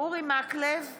אורי מקלב,